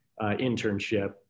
internship